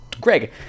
Greg